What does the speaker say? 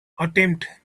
attempt